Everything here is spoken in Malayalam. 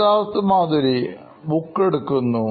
Siddharth Maturi CEO Knoin Electronics book എടുക്കുന്നു